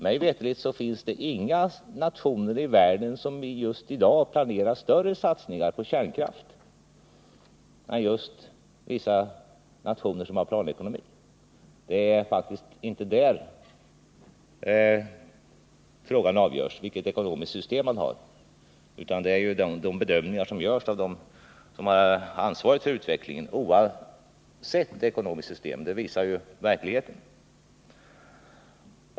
Mig veterligt finns det inga nationer i världen som i dag planerar större satsningar på kärnkraft än just vissa nationer med planekonomi. Det är faktiskt inte vilket ekonomiskt system man har som avgör frågan, utan det är de bedömningar som görs av dem som har ansvaret för utvecklingen, oavsett ekonomiskt system. Det visar verkligheten.